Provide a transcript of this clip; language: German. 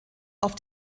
auf